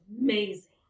amazing